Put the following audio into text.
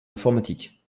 informatique